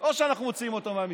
או שאנחנו מוציאים אותו מהמשחק.